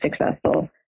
successful